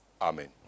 Amen